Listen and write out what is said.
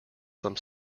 some